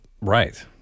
Right